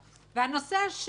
והנושא השני,